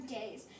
days